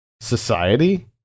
society